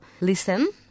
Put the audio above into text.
listen